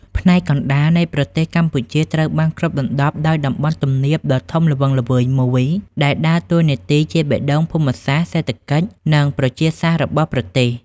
ផ្នែកកណ្ដាលនៃប្រទេសកម្ពុជាត្រូវបានគ្របដណ្ដប់ដោយតំបន់ទំនាបដ៏ធំល្វឹងល្វើយមួយ ដែលដើរតួនាទីជាបេះដូងភូមិសាស្ត្រ សេដ្ឋកិច្ច និងប្រជាសាស្ត្ររបស់ប្រទេស។